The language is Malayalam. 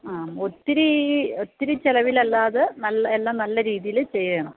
ആ ഒത്തിരി ഒത്തിരി ചെലവിൽ അല്ലാതെ നല്ല എല്ലാം നല്ല രീതിയിൽ ചെയ്യണം